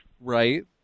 Right